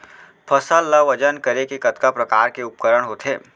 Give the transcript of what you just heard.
फसल ला वजन करे के कतका प्रकार के उपकरण होथे?